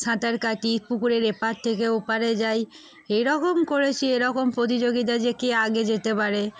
সাঁতার কাটি পুকুরের এপার থেকে ওপারে যাই এরকম করেছি এরকম প্রতিযোগিতা যে কে আগে যেতে পারে